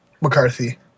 McCarthy